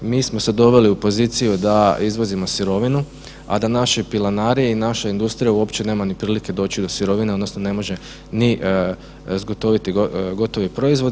Mi smo se doveli u poziciju da izvozimo sirovinu, a da naši pilanari i naša industrija uopće nema ni prilike doći do sirovine odnosno ne može ni zgotoviti gotovi proizvod.